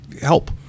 help